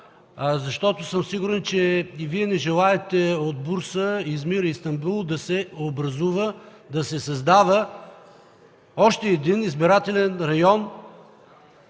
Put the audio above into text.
Защото съм сигурен, че и Вие не желаете от Бурса, Измир и Истанбул да се образува, да се създава още един избирателен район